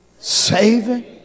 Saving